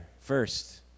first